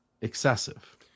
excessive